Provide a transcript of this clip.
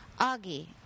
Augie